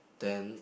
then